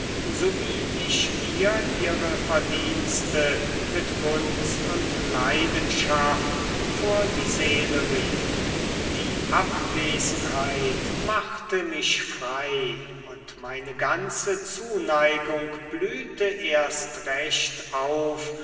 so wie ich mir ihre verdienste mit gunst und leidenschaft vor die seele rief die abwesenheit machte mich frei und meine ganze zuneigung blühte erst recht auf